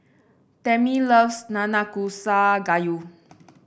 Tamie loves Nanakusa Gayu